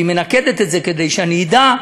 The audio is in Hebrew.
והיא מנקדת את זה כדי שאני אדע: